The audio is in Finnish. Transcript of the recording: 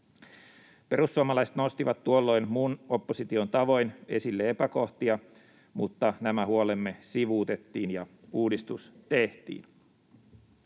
Perussuomalaiset nostivat tuolloin muun opposition tavoin esille epäkohtia, mutta nämä huolemme sivuutettiin ja uudistus tehtiin.